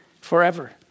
forever